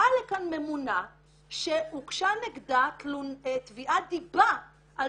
באה לכאן ממונה שהוגשה נגדה תביעת דיבה על